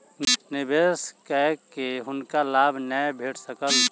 निवेश कय के हुनका लाभ नै भेट सकल